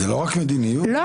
זה כן.